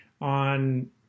on